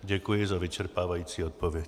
Děkuji za vyčerpávající odpověď.